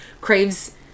craves